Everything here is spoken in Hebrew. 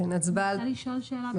אני רוצה לשאול שאלה, גבירתי.